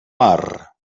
mar